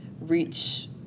reach